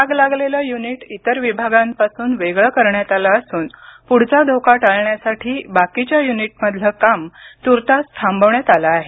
आग लागलेलं युनिट इतर विभागांपासून वेगळं करण्यात आलं असून पुढचा धोका टाळण्यासाठी बाकीच्या युनिटमधलं काम तूर्तास थांबवण्यात आलं आहे